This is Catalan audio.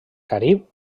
carib